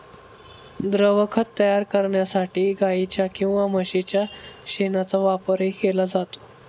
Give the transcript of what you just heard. द्रवखत तयार करण्यासाठी गाईच्या किंवा म्हशीच्या शेणाचा वापरही केला जातो